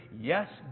Yes